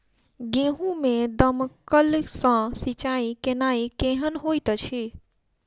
गेंहूँ मे दमकल सँ सिंचाई केनाइ केहन होइत अछि?